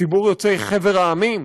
ציבור יוצאי חבר העמים,